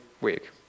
week